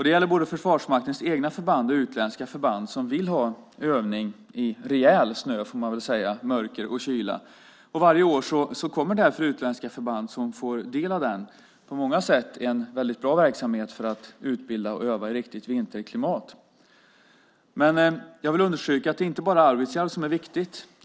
Det gäller både Försvarsmaktens egna förband och utländska förband som vill ha övning i rejäl snö, får man väl säga, mörker och kyla. Varje år kommer därför utländska förband som får del av den. Det är en på många sätt väldigt bra verksamhet för att utbilda och öva i riktigt vinterklimat. Jag vill understryka att det inte bara är Arvidsjaur som är viktigt.